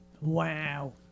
wow